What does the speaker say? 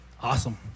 awesome